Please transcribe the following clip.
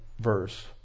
verse